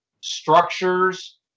structures